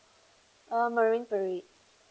uh marine parade